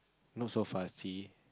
not so fussy